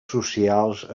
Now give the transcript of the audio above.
socials